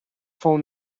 phone